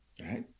right